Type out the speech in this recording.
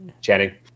channing